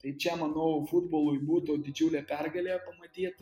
tai čia manau futbolui būtų didžiulė pergalė pamatyt